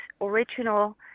original